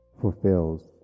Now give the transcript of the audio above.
fulfills